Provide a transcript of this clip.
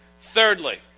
Thirdly